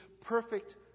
perfect